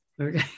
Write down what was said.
Okay